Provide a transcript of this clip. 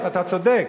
אתה צודק.